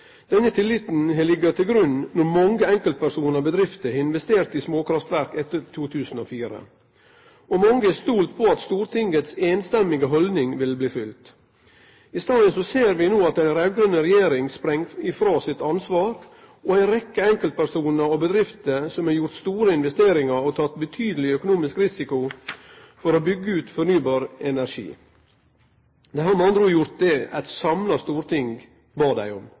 Denne tilliten har lege til grunn når mange enkeltpersonar og bedrifter har investert i småkraftverk etter 2004, og mange har stolt på at haldninga til eit samrøystes storting ville bli følgt. I staden ser vi no at den raud-grøne regjeringa spring frå sitt ansvar, og ei rekkje enkeltpersonar og bedrifter som har gjort store investeringar og teke betydeleg økonomisk risiko for å byggje ut fornybar energi, har med andre ord gjort det eit samla storting bad dei om.